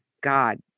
God